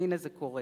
והנה זה קורה.